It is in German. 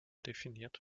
definiert